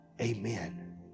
Amen